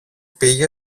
πήγε